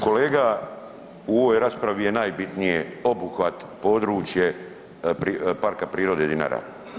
Kolega u ovoj raspravi je najbitnije obuhvat područje Parka prirode Dinara.